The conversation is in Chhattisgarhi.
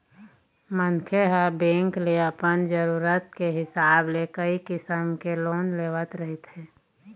मनखे ह बेंक ले अपन जरूरत के हिसाब ले कइ किसम के लोन लेवत रहिथे